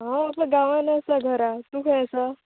हांव हेपय गांवांन आसा घरा तूं खंय आसा